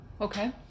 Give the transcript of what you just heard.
Okay